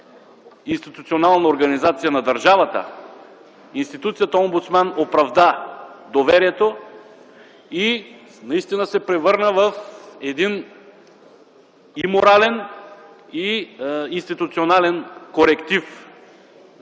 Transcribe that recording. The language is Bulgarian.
институционална организация на държавата, институцията омбудсман оправда доверието и наистина се превърна в един и морален, и институционален коректив